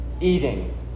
eating